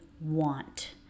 want